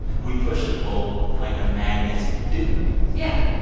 we push and pull like a magnet do yeah